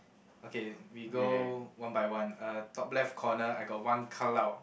okay we go one by one uh top left corner I got one cloud